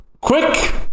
quick